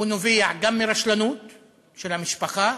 הוא נובע גם מרשלנות של המשפחה,